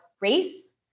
race